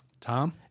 Tom